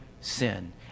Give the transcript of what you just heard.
sin